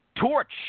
Torch